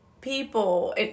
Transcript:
people